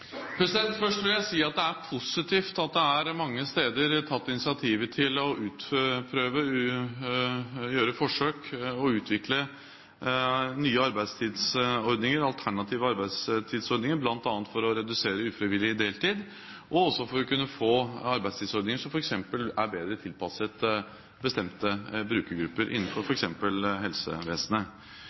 Arbeidstilsynet? Først vil jeg si at det er positivt at det mange steder er tatt initiativ til å utprøve, gjøre forsøk med og utvikle nye arbeidstidsordninger, alternative arbeidstidsordninger, bl.a. for å redusere ufrivillig deltid, og også for å kunne få arbeidstidsordninger som er bedre tilpasset bestemte brukergrupper, f.eks. innenfor helsevesenet.